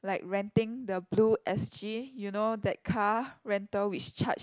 like renting the Blue S_G you know that car rental which charge